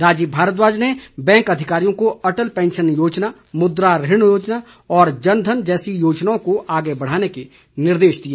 राजीव भारद्वाज ने बैंक अधिकारियों को अटल पैंशन योजना मुद्रा ऋण और जनधन जैसी योजनाओं को आगे बढ़ाने के निर्देश भी दिए